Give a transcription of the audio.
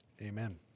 Amen